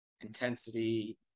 intensity